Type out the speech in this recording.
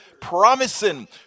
promising